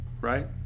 right